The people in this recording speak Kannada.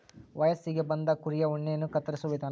ವಯಸ್ಸಿಗೆ ಬಂದ ಕುರಿಯ ಉಣ್ಣೆಯನ್ನ ಕತ್ತರಿಸುವ ವಿಧಾನ